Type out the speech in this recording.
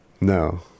no